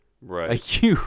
Right